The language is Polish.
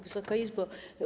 Wysoka Izbo!